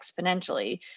exponentially